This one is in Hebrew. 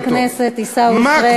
חבר הכנסת עיסאווי פריג'.